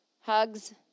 hugs